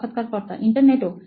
সাক্ষাৎকারকর্তা ইন্টারনেটও